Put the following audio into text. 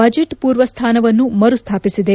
ಬಜೆಟ್ಪೂರ್ವ ಸ್ಥಾನವನ್ನು ಮರು ಸ್ನಾಪಿಸಿದೆ